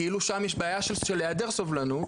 כאילו שם יש בעיה של היעדר סובלנות,